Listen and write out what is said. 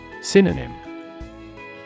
Synonym